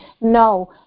No